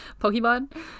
Pokemon